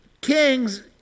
Kings